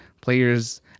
players